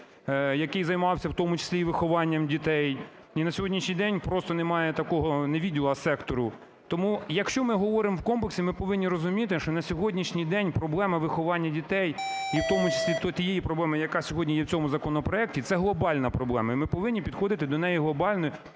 який займався в тому числі і вихованням дітей. І на сьогоднішній день просто немає такого… не відділу, а сектору. Тому, якщо ми говоримо в комплексі, ми повинні розуміти, що на сьогоднішній день проблема виховання дітей, і в тому числі тієї проблеми, яка сьогодні є в цьому законопроекті, це глобальна проблема, і ми повинні підходити до неї глобально